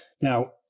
Now